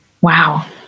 Wow